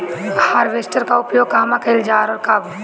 Harvester का उपयोग कहवा कइल जाला और कब?